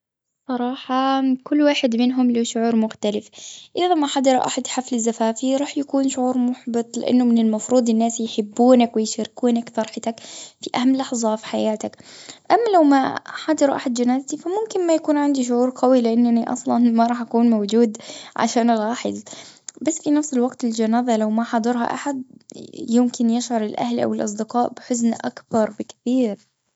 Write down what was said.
صراحة، كل واحد منهم له شعور مختلف. إذا ما حضر أحد حفل زفافي، راح يكون شعور محبط. لأنه من المفروض الناس يحبونك، ويشاركونك فرحتك، في أهم لحظة في حياتك. أم لو ما حضر أحد جنازتي، فممكن ما يكون عندي شعور قوي، لأنني- أني أصلا ً ما راح أكون موجود، عشان ألاحظ. بس في نفس الوقت الجنازة لو ما حضرها أحد، يمكن يشعر الأهل أو الأصدقاء، بحزن أكبر بكثير.